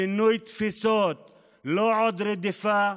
שינוי תפיסות, לא עוד רדיפה,